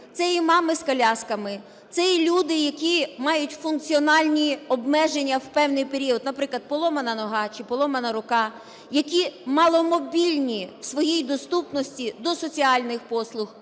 це і мами з колясками, це і люди, які мають функціональні обмеження в певний період, наприклад, поломана нога чи поломана рука, які маломобільні в своїй доступності до соціальних послуг,